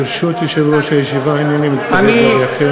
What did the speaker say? ברשות יושב-ראש הישיבה הנני מתכבד להודיעכם,